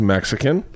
Mexican